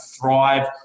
thrive